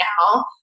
now